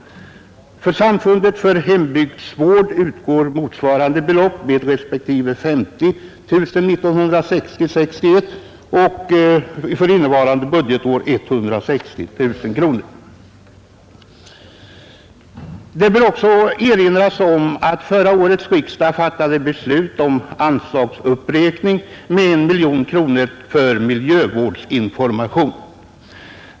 Till Samfundet för hembygdsvård har utgått 50 000 kronor för budgetåret 1960/61 och 160 000 kronor för innevarande budgetår. Det bör också erinras om att förra årets riksdag fattade beslut om anslagsuppräkning med 1 miljon kronor för miljövårdsinformation.